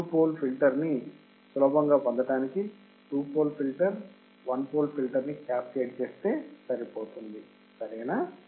మూడు pole filter ని సులభంగా పొందటానికి two pole filter 1 pole filter ని క్యాస్కేడ్ చేస్తే సరిపోతుంది సరేనా